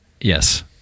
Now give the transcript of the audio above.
Yes